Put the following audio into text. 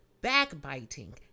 backbiting